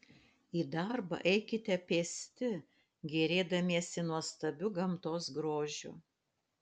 į darbą eikite pėsti gėrėdamiesi nuostabiu gamtos grožiu